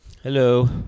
Hello